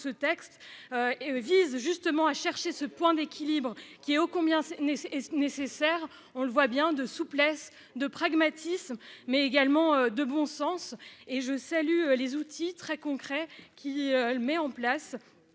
ce texte. Vise justement à chercher ce point d'équilibre qui est oh combien. N'est-ce nécessaire, on le voit bien de souplesse de pragmatisme mais également de bon sens et je salue les outils très concrets qui le met en place.